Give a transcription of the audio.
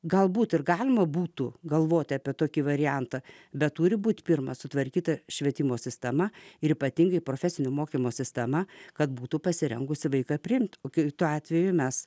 galbūt ir galima būtų galvoti apie tokį variantą bet turi būti pirmas sutvarkyti švietimo sistema ir ypatingai profesinio mokymo sistema kad būtų pasirengusi vaiką priimti kitu atveju mes